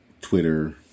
Twitter